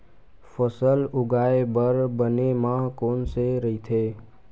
फसल उगाये बर बने माह कोन से राइथे?